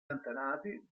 antenati